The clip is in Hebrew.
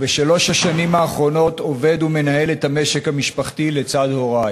ובשלוש השנים האחרונות עובד ומנהל את המשק המשפחתי לצד הורי.